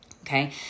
okay